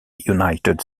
united